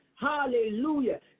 Hallelujah